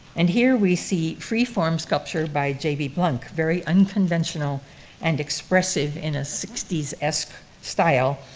and here we see free-form sculpture by j. b. blunk, very unconventional and expressive in a sixty s esque style.